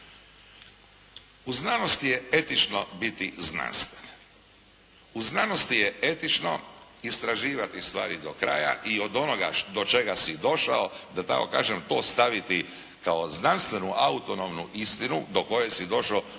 U znanosti je etično biti znanstven. U znanosti je etično istraživati stvari do kraja i od onoga do čega si došao da tako kažem, to staviti kao znanstvenu, autonomnu istinu do koje si došao u